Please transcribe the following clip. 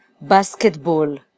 basketball